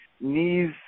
knees